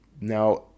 now